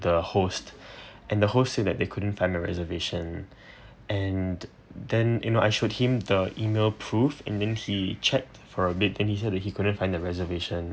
the host and the host said that they couldn't find the reservation and then you know I showed him the email proof and then he checked for a bit and he said he couldn't find the reservation